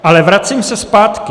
Ale vracím se zpátky.